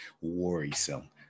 worrisome